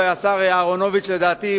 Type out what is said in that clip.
ולדעתי,